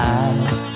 eyes